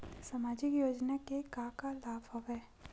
सामाजिक योजना के का का लाभ हवय?